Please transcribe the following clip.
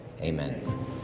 amen